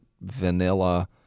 vanilla